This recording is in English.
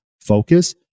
focus